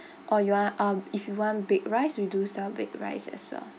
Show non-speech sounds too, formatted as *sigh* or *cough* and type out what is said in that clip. *breath* or you want um if you want baked rice we do sell baked rice as well